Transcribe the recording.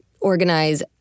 organize